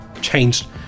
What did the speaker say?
changed